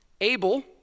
Abel